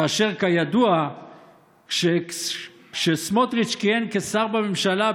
כאשר ידוע שכשסמוטריץ' כיהן כשר בממשלה,